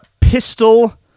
Pistol